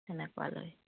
তেনেকুৱা লৈ